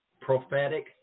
prophetic